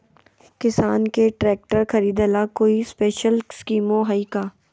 किसान के ट्रैक्टर खरीदे ला कोई स्पेशल स्कीमो हइ का?